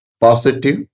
positive